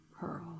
Pearl